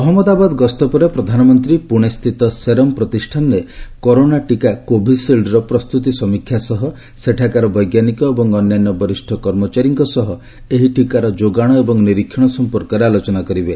ଅହନ୍ମଦାବାଦ ଗସ୍ତ ପରେ ପ୍ରଧାନମନ୍ତ୍ରୀ ପୁଣେସ୍କିତ ସେରମ୍ ପ୍ରତିଷ୍ଠାନରେ କରୋନା ଟୀକା 'କୋଭିସିଲ୍ଡ୍'ର ପ୍ରସ୍ତୁତି ସମୀକ୍ଷା ସହ ସେଠାକାର ବୈଜ୍ଞାନିକ ଏବଂ ଅନ୍ୟାନ୍ୟ ବରିଷ୍ଣ କର୍ମଚାରୀଙ୍କ ସହ ଏହି ଟୀକାର ଯୋଗାଣ ଏବଂ ନିରୀକ୍ଷଣ ସମ୍ପର୍କରେ ଆଲୋଚନା କରିବେ